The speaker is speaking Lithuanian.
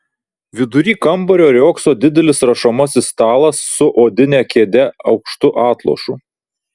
vidury kambario riogso didelis rašomasis stalas su odine kėde aukštu atlošu